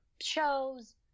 shows